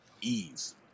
ease